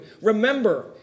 Remember